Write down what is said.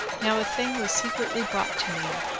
now a thing was secretly brought to me,